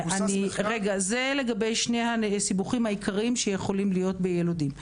אלה שני הסיבוכים העיקריים שיכולים להיות בילודים.